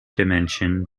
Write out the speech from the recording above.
dimension